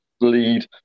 lead